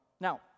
Now